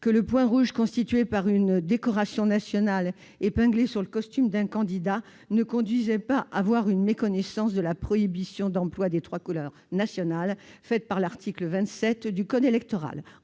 que le point rouge constitué par une décoration nationale épinglée sur le costume d'un candidat ne conduisait pas à voir une méconnaissance de la prohibition d'emploi des trois couleurs nationales faite par l'article R. 27 du code électoral ».